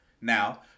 now